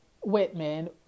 Whitman